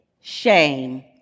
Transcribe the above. shame